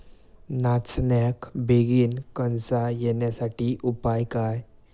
नाचण्याक बेगीन कणसा येण्यासाठी उपाय काय?